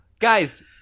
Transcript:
Guys